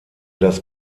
das